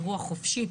ברוח חופשית,